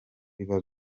biba